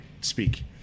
speak